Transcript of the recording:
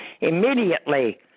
immediately